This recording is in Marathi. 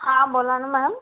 हां बोला ना मॅम